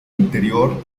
interior